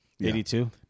82